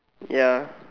ya